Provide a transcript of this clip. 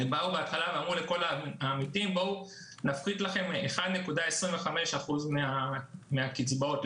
הרי אמרו בהתחלה לכל העמיתים: נפחית לכם 1.25% מן הקצבאות,